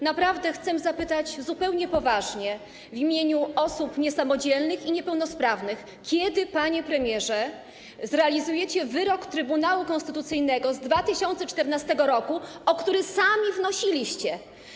Naprawdę chcę zapytać zupełnie poważnie w imieniu osób niesamodzielnych i niepełnosprawnych, kiedy zrealizujecie, panie premierze, wyrok Trybunału Konstytucyjnego z 2014 r., o który sami wnosiliście.